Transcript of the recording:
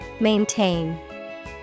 Maintain